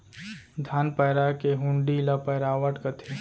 धान पैरा के हुंडी ल पैरावट कथें